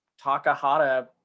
takahata